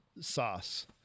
Sauce